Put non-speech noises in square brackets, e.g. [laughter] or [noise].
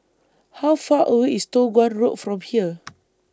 How Far away IS Toh Guan Road from here [noise]